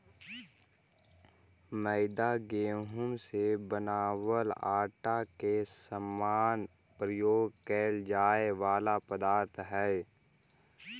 मैदा गेहूं से बनावल आटा के समान प्रयोग कैल जाए वाला पदार्थ हइ